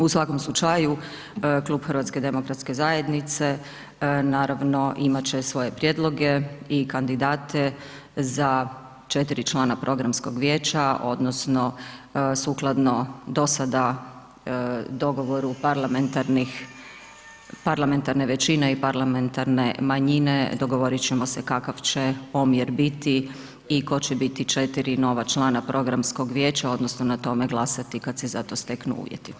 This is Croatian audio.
U svakom slučaju Klub HDZ-a naravno imat će svoje prijedloge i kandidate za 4 člana programskog vijeća odnosno sukladno do sada dogovoru parlamentarne većine i parlamentarne manjine, dogovorit ćemo se kakav će omjer biti i tko će biti 4 nova člana programskog vijeća odnosno na tome glasati kad se za to steknu uvjeti.